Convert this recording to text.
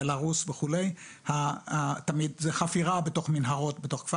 בבלארוס וכולי זה תמיד חפירה בתוך מנהרות מתוך עפר